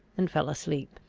and fell asleep.